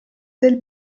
del